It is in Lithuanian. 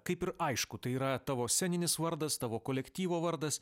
kaip ir aišku tai yra tavo sceninis vardas tavo kolektyvo vardas